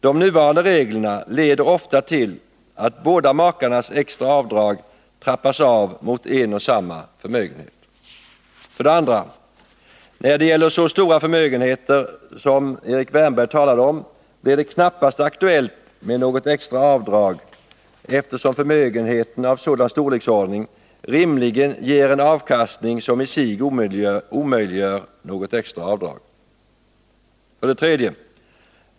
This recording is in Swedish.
De nuvarande reglerna leder ofta till att båda makarnas extra avdrag trappas av mot en och samma förmögenhet. 2. När det gäller så stora förmögenheter som Erik Wärnberg talar om blir det knappast aktuellt med något extra avdrag, eftersom förmögenheter av sådan storleksordning rimligen ger en avkastning som i sig omöjliggör något extra avdrag. 3.